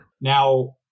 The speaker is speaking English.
Now